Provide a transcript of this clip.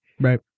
Right